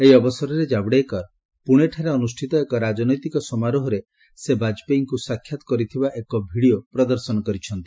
ଏହି ଅବସରରେ ଜାବଡ଼େକର ପୁଣେଠାରେ ଅନୁଷ୍ଠିତ ଏକ ରାଜନୈତିକ ସମାରୋହରେ ସେ ବାଜପେୟୀଙ୍କୁ ସାକ୍ଷାତ କରିଥିବା ଏକ ଭିଡିଓ ପ୍ରଦର୍ଶନ କରିଛନ୍ତି